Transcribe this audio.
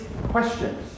questions